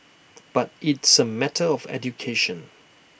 but it's A matter of education